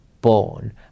born